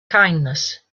kindness